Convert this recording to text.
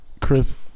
Chris